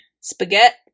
spaghetti